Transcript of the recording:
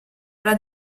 era